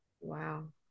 wow